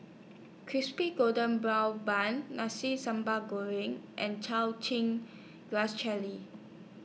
Crispy Golden Brown Bun Nasi Sambal Goreng and Chow Chin Grass Cherry